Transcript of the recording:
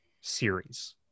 series